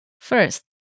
First